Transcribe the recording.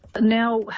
Now